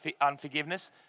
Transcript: unforgiveness